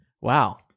Wow